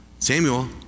Samuel